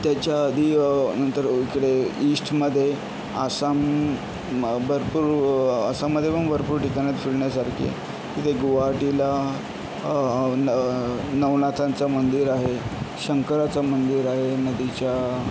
त्याच्याआधी नंतर इकडे ईस्टमध्ये आसाम म् भरपूर व आसाममध्ये पण भरपूर ठिकाणं आहेत फिरण्यासारखे तिथे गुवाहाटीला न नवनाथांचं मंदिर आहे शंकराचं मंदिर आहे नदीच्या